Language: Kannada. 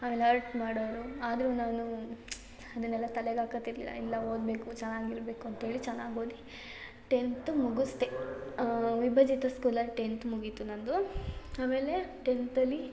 ಆಮೇಲೆ ಹರ್ಟ್ ಮಾಡೋವ್ರು ಆದರೂ ನಾನು ಅದನ್ನೆಲ್ಲ ತಲೆಗೆ ಹಾಕತಿರ್ಲಿಲ್ಲ ಇಲ್ಲ ಓದಬೇಕು ಚೆನ್ನಾಗಿರ್ಬೇಕು ಅಂತ್ಹೇಳಿ ಚೆನ್ನಾಗಿ ಓದಿ ಟೆನ್ತ್ ಮುಗಿಸ್ದೆ ವಿಭಜಿತ ಸ್ಕೂಲಲ್ಲಿ ಟೆನ್ತ್ ಮುಗಿಯಿತು ನನ್ನದು ಆಮೇಲೆ ಟೆನ್ತಲ್ಲಿ